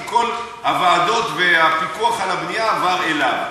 כי כל הוועדות והפיקוח על הבנייה עברו אליו.